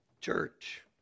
church